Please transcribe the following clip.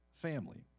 family